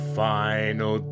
final